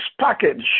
package